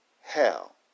hell